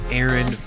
aaron